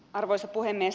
arvoisa puhemies